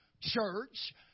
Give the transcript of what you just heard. church